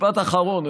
משפט אחרון.